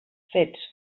fets